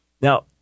Now